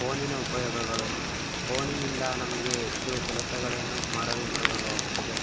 ಫೋನಿನ ಉಪಯೋಗಗಳು ಫೋನಿನಿಂದ ನಮಗೆ ಹೆಚ್ಚು ಕೆಲಸಗಳನ್ನು ಮಾಡಲು ಉಪಯೋಗವಾಗುತ್ತದೆ